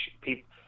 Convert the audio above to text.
people